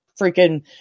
freaking